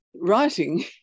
writing